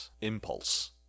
impulse